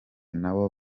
nabo